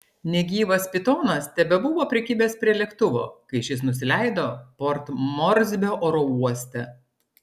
negyvas pitonas tebebuvo prikibęs prie lėktuvo kai šis nusileido port morsbio oro uoste